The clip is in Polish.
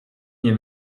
nie